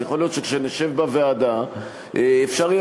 יכול להיות שכשנשב בוועדה אפשר יהיה